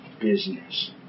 business